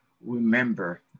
remember